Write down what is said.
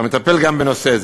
והוא מטפל גם בנושא זה.